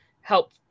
help